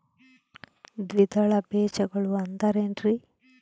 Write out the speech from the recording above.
ದ್ವಿದಳ ಬೇಜಗಳು ಅಂದರೇನ್ರಿ?